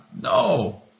No